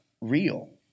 real